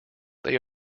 they